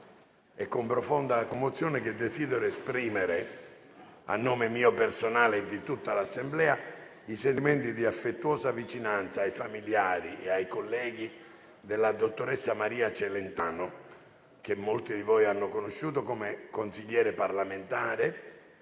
è con profonda commozione che desidero esprimere, a nome mio personale e di tutta l'Assemblea, i sentimenti di affettuosa vicinanza ai familiari e ai colleghi della dottoressa Maria Celentano, che molti di voi hanno conosciuto come consigliere parlamentare